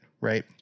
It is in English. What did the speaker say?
right